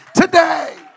today